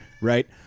right